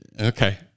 Okay